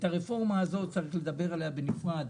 זו רפורמה שצריך לדבר עליה בנפרד,